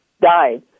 died